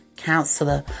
Counselor